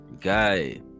guy